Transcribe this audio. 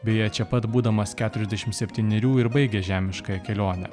beje čia pat būdamas keturiasdešim septynerių ir baigė žemiškąją kelionę